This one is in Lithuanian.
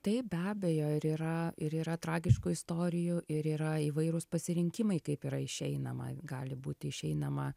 taip be abejo ir yra ir yra tragiškų istorijų ir yra įvairūs pasirinkimai kaip yra išeinama gali būti išeinama